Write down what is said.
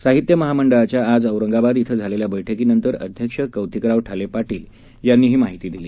साहित्य महामंडळाच्या आज औरंगाबाद श्री झालेल्या बैठकीनंतर अध्यक्ष कौतिकराव ठाले पार्श्वेल यांनी ही माहिती दिली